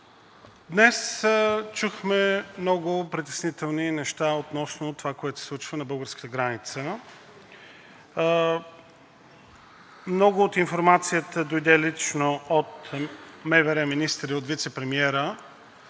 Днес чухме много притеснителни неща относно това, което се случва на българската граница. Много от информацията дойде лично от МВР министъра и от вицепремиера.